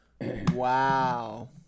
Wow